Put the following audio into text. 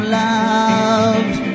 loved